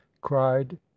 cried